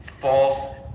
false